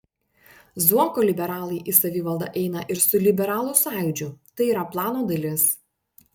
zuoko liberalai į savivaldą eina ir su liberalų sąjūdžiu tai yra plano dalis